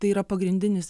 tai yra pagrindinis